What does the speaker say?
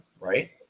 right